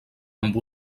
amb